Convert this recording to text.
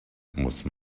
musste